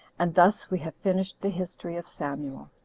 and thus we have finished the history of samuel.